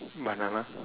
banana